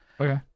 Okay